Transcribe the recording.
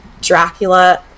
Dracula